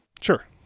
Sure